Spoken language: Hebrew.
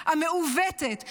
המעוותת,